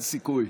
אין סיכוי.